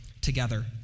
together